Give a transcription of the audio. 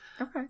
Okay